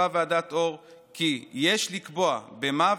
ועדת אור קבעה כי: "יש לקבוע במה,